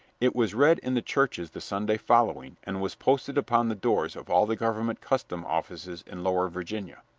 it was read in the churches the sunday following and was posted upon the doors of all the government custom offices in lower virginia.